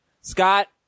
Scott